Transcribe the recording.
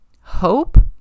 hope